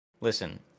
listen